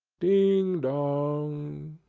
ding, dong!